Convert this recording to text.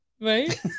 Right